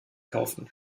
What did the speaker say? kaufen